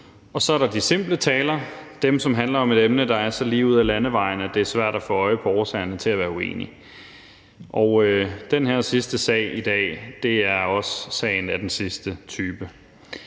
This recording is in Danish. Og så er der de simple taler: dem, der handler om et emne, der er så ligeud ad landevejen, at det er svært at få øje på årsagerne til at være uenig. Den her sidste sag i dag er af den sidste type.